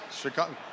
Chicago